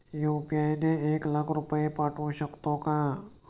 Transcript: UPI ने एक लाख रुपये पाठवू शकतो का?